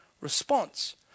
response